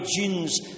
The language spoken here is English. jeans